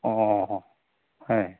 অঁ হয়